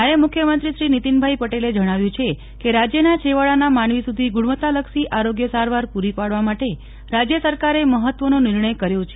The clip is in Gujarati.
નાયબ મુખ્યમંત્રીશ્રી નીતિનભાઇ પટેલે જણાવ્યુ છે કે રાજ્યના છેવાડાના માનવી સુધી ગુણવત્તાલક્ષી આરોગ્ય સારવાર પુરી પાડવા માટે રાજ્ય સરકારે મહત્વનો નિર્ણય કર્યો છે